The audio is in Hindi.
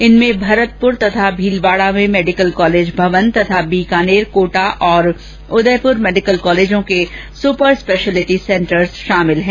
इनमें भरतपुर तथा भीलवाडा में मेडिकल कॉलेज भवन तथा बीकानेर कोटा और उदयपुर मेडिकल कॉलेजों के सुपर स्पेशियलिटी सेंटर शामिल हैं